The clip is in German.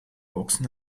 boxen